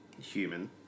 human